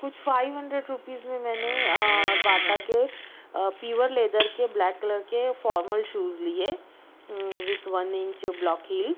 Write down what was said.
کچھ five hundred rupees میں میں نے باٹا کے پیور لیدر کے بلیک کلر کے فورمل سوز لیے with one inch block heel